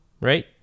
right